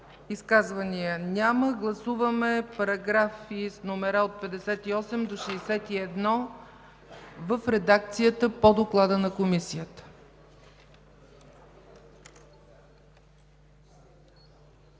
Изказвания? Няма. Гласуваме параграфи с номера от 58 до 61 в редакцията по доклада на Комисията.